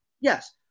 Yes